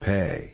Pay